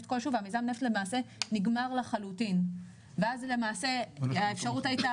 כלשהו ומיזם הנפט למעשה נגמר לחלוטין ואז למעשה האפשרות הייתה